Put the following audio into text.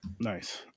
Nice